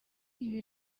ibi